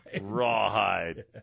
Rawhide